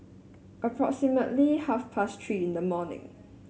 approximately half past Three in the morning